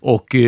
Och